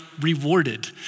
rewarded